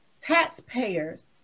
taxpayers